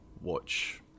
watch